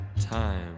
Time